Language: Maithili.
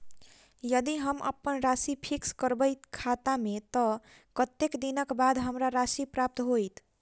यदि हम अप्पन राशि फिक्स करबै खाता मे तऽ कत्तेक दिनक बाद हमरा राशि प्राप्त होइत?